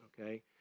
okay